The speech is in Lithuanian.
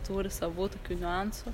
turi savų tokių niuansų